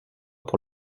pour